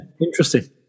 interesting